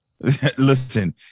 Listen